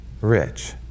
rich